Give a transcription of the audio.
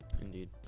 Indeed